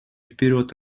вперед